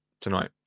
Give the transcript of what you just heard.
tonight